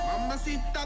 Mamacita